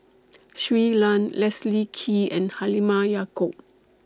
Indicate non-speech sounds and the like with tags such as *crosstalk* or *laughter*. *noise* Shui Lan Leslie Kee and Halimah Yacob